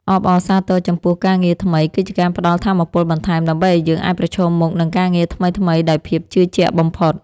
អបអរសាទរចំពោះការងារថ្មីគឺជាការផ្ដល់ថាមពលបន្ថែមដើម្បីឱ្យយើងអាចប្រឈមមុខនឹងការងារថ្មីៗដោយភាពជឿជាក់បំផុត។